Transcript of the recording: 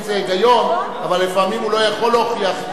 אבל צריכים להבחין,